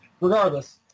regardless